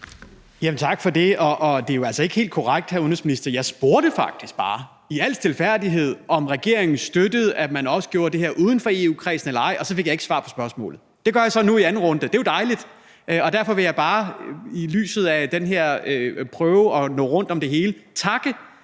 Tak for det. Det er jo altså ikke helt korrekt, hr. udenrigsminister. Jeg spurgte faktisk bare i al stilfærdighed, om regeringen støttede, at man også gjorde det her uden for EU-kredsen, og så fik jeg ikke svar på spørgsmålet. Det gør jeg så nu i anden runde, og det er jo dejligt. Der vil jeg bare i lyset af det prøve at nå rundt om det hele ved